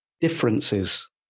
differences